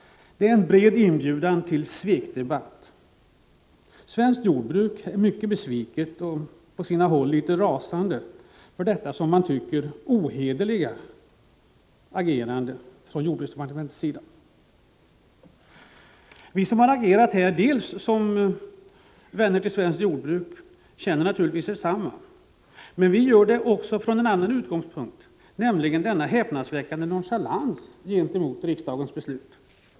Det är en öppen inbjudan till svekdebatt. Inom svensk jordbruk är man mycket besviken och på sina håll rasande över detta, som man tycker, ohederliga agerande från jordbruksdepartementets sida. Vi som har agerat har gjort det som vänner av svenskt jordbruk, och vi känner naturligtvis samma besvikelse. Men vi agerar också från en annan utgångspunkt, nämligen den häpnadsväckande nonchalansen gentemot riksdagens beslut.